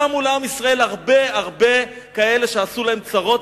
קמו לעם ישראל הרבה הרבה כאלה שעשו להם צרות,